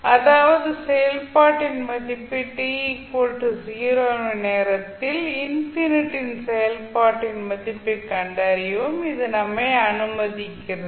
அதாவது செயல்பாட்டின் மதிப்பை t 0 எனும் நேரத்தில் இன்ஃபினிட்டி யின் செயல்பாட்டின் மதிப்பைக் கண்டறியவும் இது நம்மை அனுமதிக்கிறது